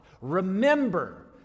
Remember